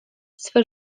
swe